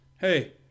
hey